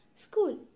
School